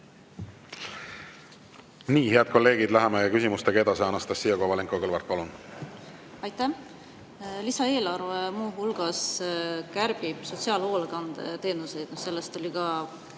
Nii, head kolleegid, läheme küsimustega edasi. Anastassia Kovalenko-Kõlvart, palun! Aitäh! Lisaeelarve muu hulgas kärbib sotsiaalhoolekandeteenuseid. Sellest oli ka